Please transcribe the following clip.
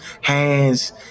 hands